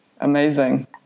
Amazing